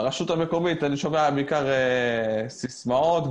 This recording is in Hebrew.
מהרשות המקומית אני בעיקר שומע סיסמאות.